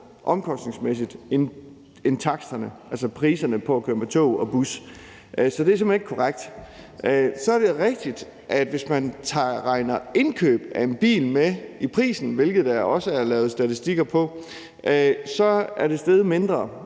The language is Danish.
omkostningsmæssigt steget mere end taksterne, altså priserne for at køre med tog og bus, så det er simpelt hen ikke korrekt. Så er det rigtigt, at hvis man regner indkøb af en bil med i prisen, hvilket der også er lavet statistikker på, så er det steget mindre,